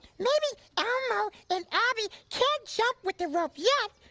maybe elmo and abby can't jump with the rope yet,